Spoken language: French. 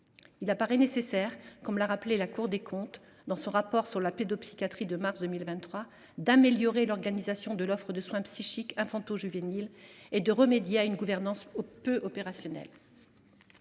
Il paraît nécessaire, la Cour des comptes l’indique dans son rapport sur la pédopsychiatrie de mars 2023, d’améliorer l’organisation de l’offre de soins psychiques infanto juvéniles, et de remédier à une gouvernance peu opérationnelle.